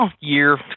year